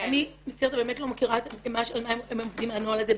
אני באמת לא מכירה על מה הם עובדים עם הנוהל הזה,